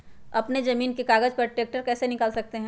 अपने जमीन के कागज पर ट्रैक्टर कैसे निकाल सकते है?